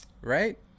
right